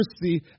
mercy